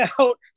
out